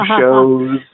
shows